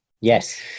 Yes